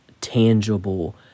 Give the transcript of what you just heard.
tangible